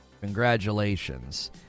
Congratulations